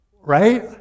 right